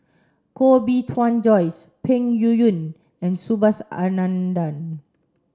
Koh Bee Tuan Joyce Peng Yuyun and Subhas Anandan